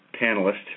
panelist